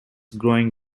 growing